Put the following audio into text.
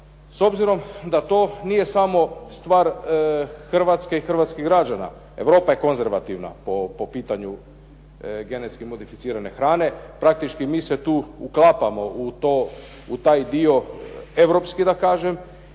s obzirom da to nije samo stvar Hrvatske i hrvatskih građana, Europa je konzervativna po pitanju genetski modificirane hrane. Praktički mi se tu uklapamo u to, u taj dio europski da kažem.